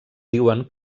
diuen